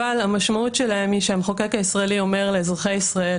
אבל המשמעות שלהם היא שהמחוקק הישראלי אומר לאזרחי ישראל,